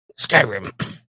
skyrim